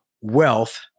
wealth